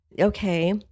Okay